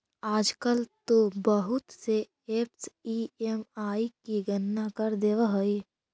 आजकल तो बहुत से ऐपस ई.एम.आई की गणना कर देवअ हई